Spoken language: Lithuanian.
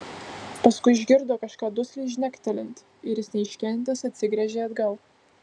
paskui išgirdo kažką dusliai žnektelint ir jis neiškentęs atsigręžė atgal